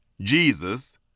Jesus